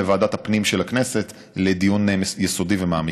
לוועדת הפנים של הכנסת לדיון יסודי ומעמיק.